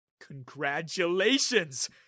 Congratulations